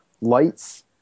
lights